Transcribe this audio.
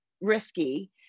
risky